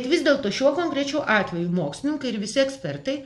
vis dėlto šiuo konkrečiu atveju mokslininkai ir visi ekspertai